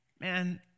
man